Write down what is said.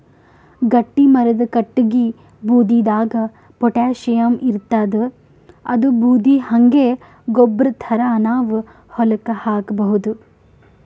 ಗಟ್ಟಿಮರದ್ ಕಟ್ಟಗಿ ಬೂದಿದಾಗ್ ಪೊಟ್ಯಾಷಿಯಂ ಇರ್ತಾದ್ ಅದೂ ಬೂದಿ ಹಂಗೆ ಗೊಬ್ಬರ್ ಥರಾ ನಾವ್ ಹೊಲಕ್ಕ್ ಹಾಕಬಹುದ್